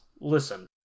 listen